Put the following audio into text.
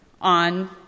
on